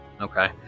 Okay